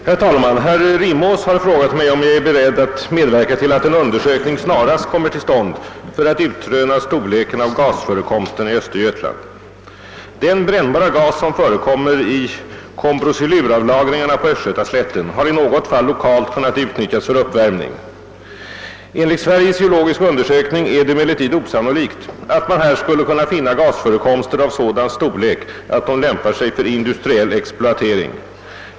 Herr talman! Herr Rimås har frågat mig om jag är beredd att medverka till att en undersökning snarast kommer till stånd för att utröna storleken av gasförekomsten i Östergötland. Den brännbara gas som förekommer i kambrosiluravlagringarna på Östgötaslätten har i något fall lokalt kunnat utnyttjas för uppvärmning. Enligt Sveriges geologiska undersökning är det emellertid osannolikt att man här skulle kunna finna gasförekomster av sådan storlek att de lämpar sig för industriell exploatering.